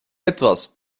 etwas